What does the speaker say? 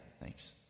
thanks